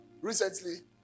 recently